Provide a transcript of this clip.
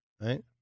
right